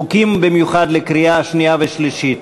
חוקים במיוחד לקריאה שנייה ושלישית.